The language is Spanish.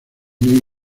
new